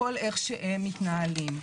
איך שהן מתנהלות.